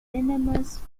venomous